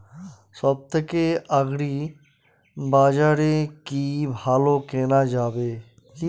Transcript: সব থেকে আগ্রিবাজারে কি ভালো কেনা যাবে কি?